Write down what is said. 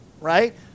Right